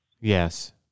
Yes